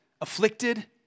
afflicted